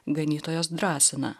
ganytojas drąsina